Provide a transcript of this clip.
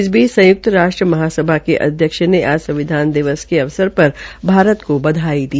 इसी बीच संयुक्त राष्ट्र महासभा के अध्यक्ष ने आज संविधान दिवस के अवसर पर भारत को बधाई दी